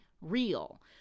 real